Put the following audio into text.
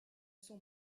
sont